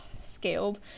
scaled